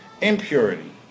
impurity